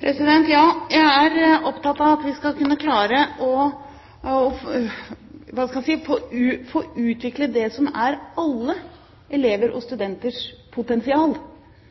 Ja, jeg er opptatt av at vi skal kunne klare å utvikle det som er alle elevers og studenters potensial. Og vi har en helt klar utfordring her, at mange av dem som